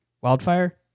wildfire